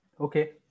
Okay